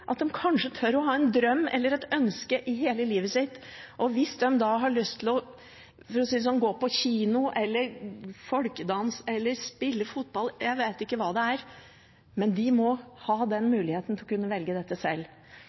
at de kanskje tør å ha en drøm eller et ønske i livet sitt, og hvis de da har lyst til å gå på kino eller folkedans eller spille fotball, jeg vet ikke hva, må de ha muligheten til å kunne velge dette